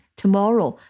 tomorrow